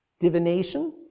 Divination